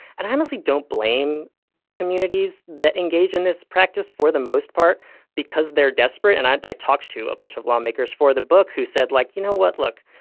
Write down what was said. and i honestly don't blame communities that engage in this practice for the most part because because they're desperate. and i i talked to a bunch of lawmakers for the book who said, like, you know what? look,